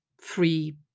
free